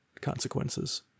consequences